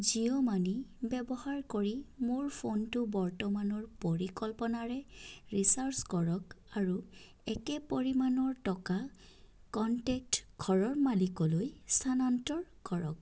Jio money ব্যৱহাৰ কৰি মোৰ ফোনটো বৰ্তমানৰ পৰিকল্পনাৰে ৰিচাৰ্জ কৰক আৰু একে পৰিমাণৰ টকা কনটেক্ট ঘৰৰ মালিকলৈ স্থানান্তৰ কৰক